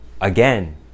again